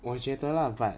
我觉得 lah but